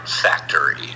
factory